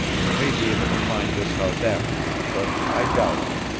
you may be able to find this house afterward, but i doubt it.